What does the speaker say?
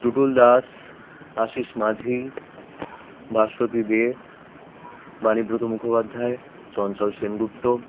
Tutul Das Ashis Majhi Bhaswati De Banibrata Mukhopadhyay Chanchal Sengupta